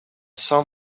some